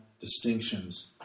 distinctions